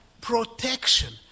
protection